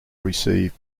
received